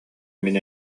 мин